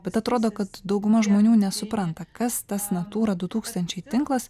bet atrodo kad dauguma žmonių nesupranta kas tas natūra du tūkstančiai tinklas